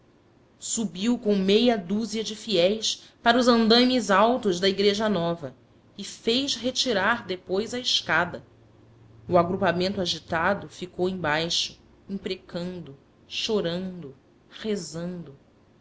subiu com meia dúzia de fiéis para os andaimes altos da igreja nova e fez retirar depois a escada o agrupamento agitado ficou embaixo imprecando chorando rezando